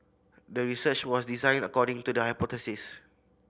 the research was designed according to the hypothesis